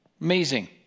Amazing